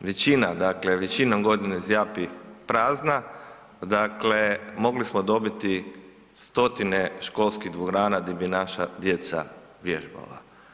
većina dakle većinom godine zjapi prazna, dakle mogli smo dobiti stotine školskih dvorana di bi naša djeca vježbala.